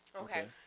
Okay